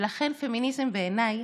לכן פמיניזם בעיניי,